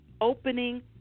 opening